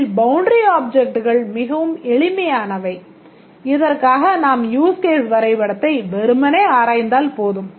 இதில் பவுண்டரி ஆப்ஜெக்ட்கள் மிகவும் எளிமையானவை இதற்காக நாம் யூஸ் கேஸ் வரைபடத்தை வெறுமனே ஆராய்ந்தால் போதும்